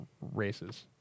races